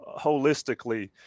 holistically